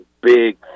big